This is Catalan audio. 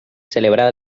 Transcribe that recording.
celebrar